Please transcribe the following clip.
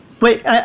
Wait